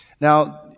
Now